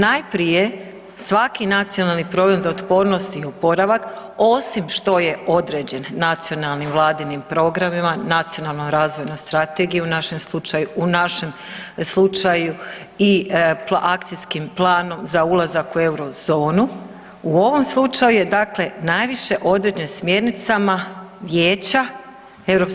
Najprije svaki nacionalni program za otpornost i oporavak osim što je određen nacionalnim vladinim programima, nacionalnoj razvojnoj strategiji u našem slučaju, u našem slučaju i akcijskim planom za ulazak u Eurozonu u ovom slučaju je najviše određen smjernicama Vijeća EU,